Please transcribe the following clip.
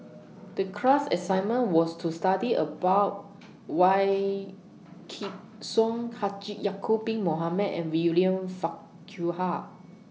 The class assignment was to study about Wykidd Song Haji Ya'Acob Bin Mohamed and William Farquhar